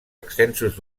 extensos